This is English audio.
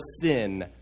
sin